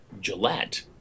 Gillette